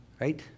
right